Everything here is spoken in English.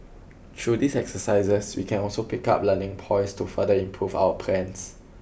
through these exercises we can also pick up learning points to further improve our plans